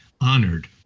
honored